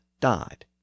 died